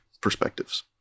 perspectives